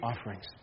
offerings